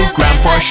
Grandpa